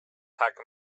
tak